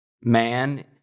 man